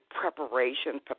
preparation